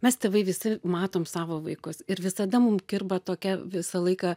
mes tėvai visi matom savo vaikus ir visada mum kirba tokia visą laiką